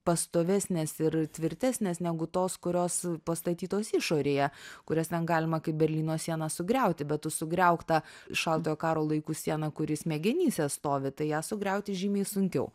pastovesnės ir tvirtesnės negu tos kurios pastatytos išorėje kurias ten galima kaip berlyno sieną sugriauti bet tu sugriauk tą šaltojo karo laikų sieną kuri smegenyse stovi tai ją sugriauti žymiai sunkiau